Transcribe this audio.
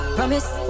Promise